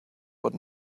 what